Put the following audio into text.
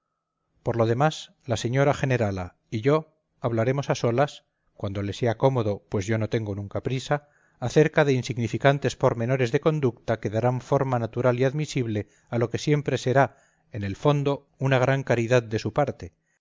por lo demás la señora generala y yo hablaremos a solas cuando le sea cómodo pues yo no tengo nunca prisa acerca de insignificantes pormenores de conducta que darán forma natural y admisible a lo que siempre será en el fondo una gran caridad de su parte